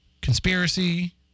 conspiracy